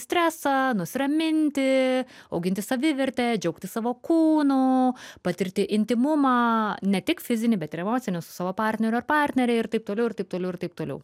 stresą nusiraminti auginti savivertę džiaugtis savo kūnu patirti intymumą ne tik fizinį bet ir emocinį su savo partneriu ar partnere ir taip toliau ir taip toliau ir taip toliau